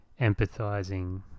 empathizing